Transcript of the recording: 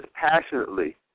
passionately